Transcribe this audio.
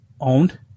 owned